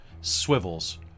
swivels